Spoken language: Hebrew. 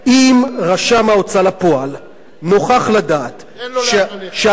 אם רשם ההוצאה לפועל נוכח לדעת שאדם,